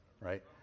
right